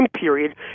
period